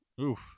Oof